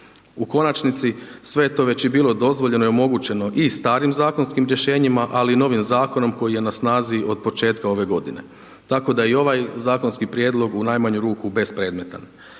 U konačnici, sve je to već i bilo dozvoljeno i omogućeno i starim zakonskim rješenjima, ali i novim zakonom koji je na snazi od početka ove godine, tako da je i ovaj zakonski prijedlog u najmanju ruku bespredmetan.